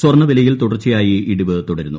സ്വർണ്ണ വ്യീലയിൽ തുടർച്ചയായി ഇടിവ് തുടരുന്നു